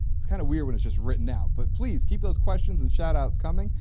it's kind of weird when it's just written out but please keep those questions and shout-outs coming.